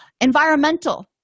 Environmental